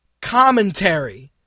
commentary